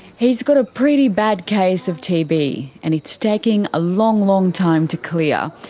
he's got a pretty bad case of tb, and it's taking a long, long time to clear.